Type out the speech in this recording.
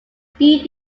dee